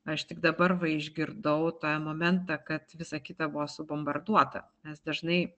aš tik dabar va išgirdau tą momentą kad visa kita buvo subombarduota nes dažnai